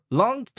long